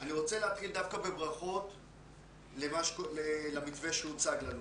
אני רוצה להתחיל דווקא בברכות למתווה שהוצג לנו,